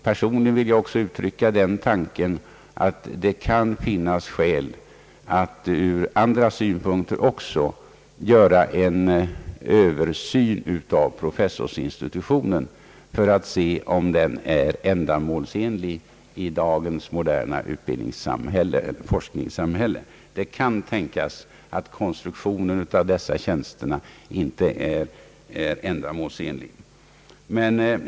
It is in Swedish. Personligen vill jag ge uttryck för den tanken att det kan finnas skäl att även ur andra synpunkter göra en översyn av professorsinstitutionen för att se om den är ändamålsenlig i dagens moderna utbildningsoch forskningssamhälle. Det kan tänkas att konstruktionen av dessa tjänster inte uppfyller dagens krav.